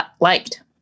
liked